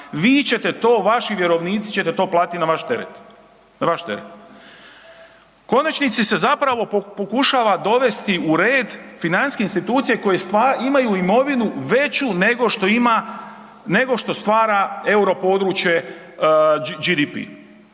vi ćete to, vaši vjerovnici ćete to platiti na vaš teret, na vaš teret. U konačnici se zapravo pokušava dovesti u red financijske institucije koje imaju imovinu veću nego što ima, nego što stvara europodručje GDPR.